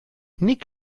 nick